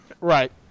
Right